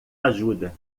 ajuda